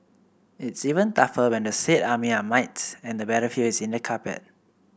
it's even tougher when the said army are mites and the battlefield is in the carpet